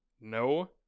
No